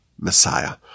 Messiah